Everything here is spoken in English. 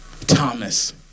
Thomas